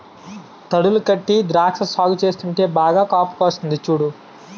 దడులు గట్టీ ద్రాక్ష సాగు చేస్తుంటే బాగా కాపుకాస్తంది సూడు